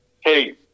hey